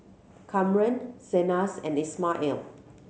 Kamren Zenas and Ismael